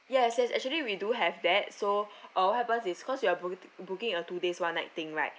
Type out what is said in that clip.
yes yes actually we do have that so uh what happen is because you are boo~~ booking a two days one night thing right